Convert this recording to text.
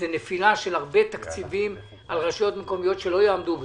זו נפילה של הרבה תקציבים על רשויות מקומיות שלא יעמדו בזה.